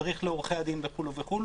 מדריך לעורכי הדין וכו' וכו',